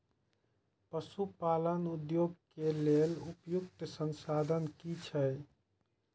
पशु पालन उद्योग के लेल उपयुक्त संसाधन की छै?